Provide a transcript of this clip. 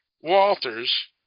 Walters